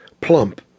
plump